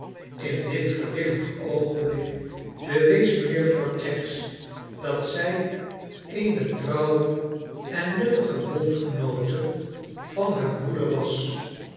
in dit gewichtig oogenblik bewees mejuffer cheggs dat zij eene trouwe en nuttige bondgenoote van haar broeder was